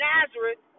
Nazareth